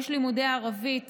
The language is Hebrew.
יש לימודי ערבית